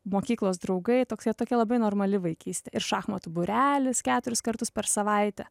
mokyklos draugai toksai tokia labai normali vaikystė ir šachmatų būrelis keturis kartus per savaitę